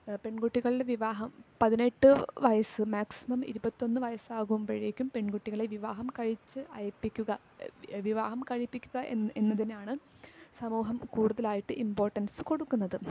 പെൺകുട്ടികളുടെ വിവാഹം പതിനെട്ട് വയസ്സ് മാക്സിമം ഇരുപത്തൊന്ന് വയസ്സ് ആകുമ്പഴേക്കും പെൺകുട്ടികളെ വിവാഹം കഴിച്ച് അയപ്പിക്കുക വിവാഹം കഴിപ്പിക്കുക എന്നതിനാണ് സമൂഹം കൂടുതലായിട്ട് ഇമ്പോർട്ടൻസ് കൊടുക്കുന്നത്